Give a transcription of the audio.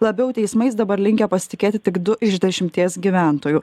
labiau teismais dabar linkę pasitikėti tik du iš dešimties gyventojų